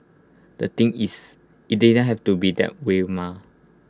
the thing is IT didn't have to be that way mah